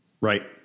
Right